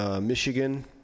Michigan